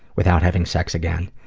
without having sex again.